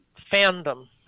fandom